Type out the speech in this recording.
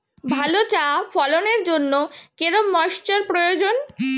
ভালো চা ফলনের জন্য কেরম ময়স্চার প্রয়োজন?